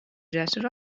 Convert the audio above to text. gesture